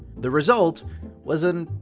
the result was an,